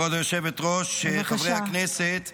כבוד היושבת-ראש, חברי הכנסת,